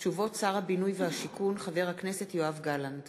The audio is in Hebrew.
תשובות שר הבינוי והשיכון חבר הכנסת יואב גלנט